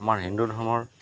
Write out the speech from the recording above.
আমাৰ হিন্দু ধৰ্মৰ